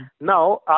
Now